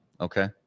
okay